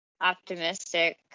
optimistic